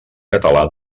català